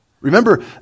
Remember